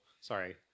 sorry